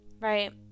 right